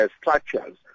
structures